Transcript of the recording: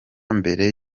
mbere